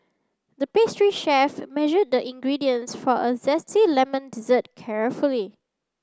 the pastry chef measured the ingredients for a zesty lemon dessert carefully